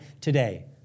today